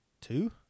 two